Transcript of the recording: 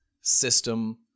system